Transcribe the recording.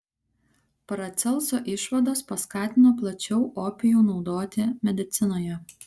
paracelso išvados paskatino plačiau opijų naudoti medicinoje